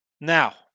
Now